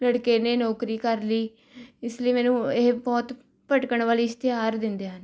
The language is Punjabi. ਲੜਕੇ ਨੇ ਨੌਕਰੀ ਕਰ ਲਈ ਇਸ ਲਈ ਮੈਨੂੰ ਇਹ ਬਹੁਤ ਭਟਕਣ ਵਾਲੇ ਇਸ਼ਤਿਹਾਰ ਦਿੰਦੇ ਹਨ